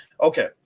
Okay